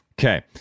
Okay